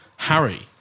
Harry